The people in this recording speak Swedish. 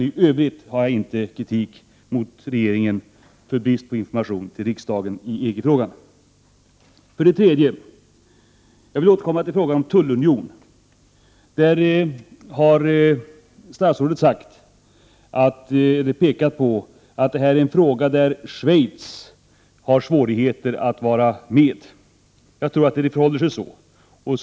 I övrigt har jag inte någon kritik mot regeringen för brist på information till riksdagen i EG-frågan. För det tredje vill jag återkomma till frågan om en tullunion. Statsrådet har pekat på att det är en fråga där Schweiz har svårigheter att vara med. Jag tror att det förhåller sig så.